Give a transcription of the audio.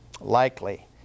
likely